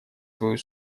свою